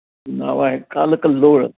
नाव आहे कालकल्लोळ